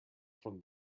from